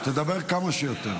שתדבר כמה שיותר.